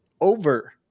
over